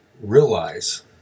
realize